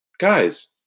Guys